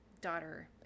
daughter